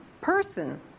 person